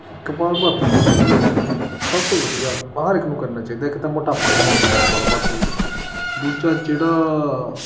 ਕਪਾਲ ਭਾਤੀ ਬਹੁਤ ਵਧੀਆ ਵਾ ਸਭ ਤੋਂ ਵਧੀਆ ਹਰ ਇੱਕ ਨੂੰ ਕਰਨਾ ਚਾਹੀਦਾ ਇੱਕ ਤਾਂ ਮੋਟਾਪਾ ਨਹੀਂ ਹੋਣ ਦਿੰਦਾ ਕਪਾਲ ਭਾਤੀ ਦੂਜਾ ਜਿਹੜਾ